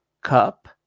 cup